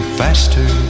faster